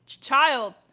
child